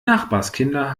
nachbarskinder